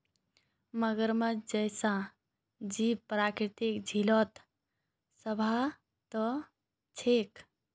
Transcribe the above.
मगरमच्छ जैसा जीव प्राकृतिक झील त शोभा दी छेक